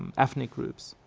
ethnic groups,